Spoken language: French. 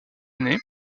année